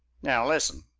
now listen!